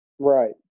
right